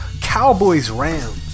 Cowboys-Rams